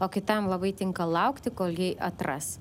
o kitam labai tinka laukti kol jį atras